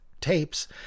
tapes